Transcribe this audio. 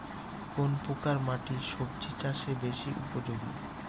কোন প্রকার মাটি সবজি চাষে বেশি উপযোগী?